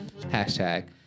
hashtag